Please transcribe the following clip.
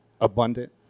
abundant